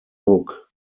hook